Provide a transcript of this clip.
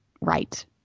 right